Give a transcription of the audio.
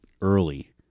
early